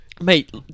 Mate